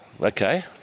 Okay